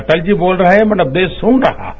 अटल जी बोल रहे है मतलब देश सुन रहा है